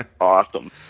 Awesome